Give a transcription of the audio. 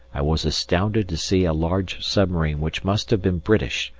i was astounded to see a large submarine which must have been british,